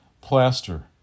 Plaster